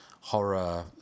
horror